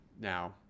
Now